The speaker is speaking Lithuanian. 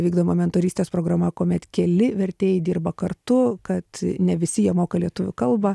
vykdoma mentorystės programa kuomet keli vertėjai dirba kartu kad ne visi jie moka lietuvių kalbą